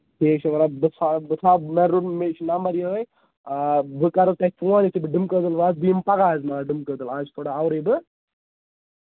ٹھیٖک چھُ وَلہٕ حظ بہٕ ژھانٛڈٕ بہٕ ژھانٛڈٕ مےٚ روو مےٚ چھُ نَمبر یِہےَ آ بہٕ کرٕ تۄہہِ فون یِتھُے بہٕ ڈِم کٔدٕل واتہٕ بہٕ یِمہٕ پَگاہ حظ یِتھُے بہٕ ڈِم کٔدٕل واتہٕ از چھُ تھوڑا آورٕے بہٕ